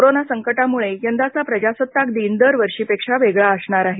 corona संकटामुळे यंदाचा प्रजासत्ताक दिन दर वर्षीपेक्षा वेगळा असणार आहे